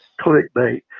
clickbait